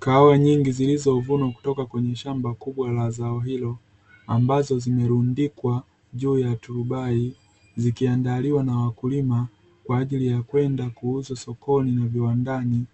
Kahawa nyingi zilizovunwa kutoka kwenye shamba kubwa la zao hilo, ambazo zimerundikwa juu ya turubai, zikiandaliwa na wakulima kwa ajili ya kwenda kuuzwa sokoni na viwandani,